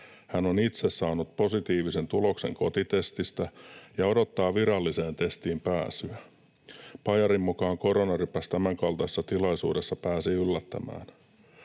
Hän on itse saanut positiivisen tuloksen kotitestistä ja odottaa viralliseen testiin pääsyä. Pajarin mukaan koronarypäs tämänkaltaisessa tilaisuudessa pääsi yllättämään.